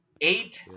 eight